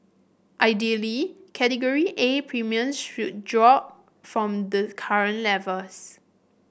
ideally Category A premium should drop from the current levels